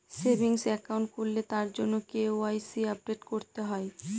savings account খুললে তার জন্য কে.ওয়াই.সি আপডেট করতে হয়